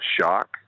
shock